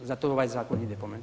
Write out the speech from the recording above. Zato ovaj zakon ide po